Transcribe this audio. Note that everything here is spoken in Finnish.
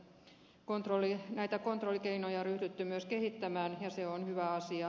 nyt on näitä kontrollikeinoja ryhdytty myös kehittämään ja se on hyvä asia